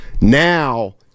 now